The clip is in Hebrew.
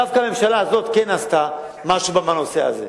דווקא הממשלה כן עשתה משהו בנושא הזה.